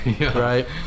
right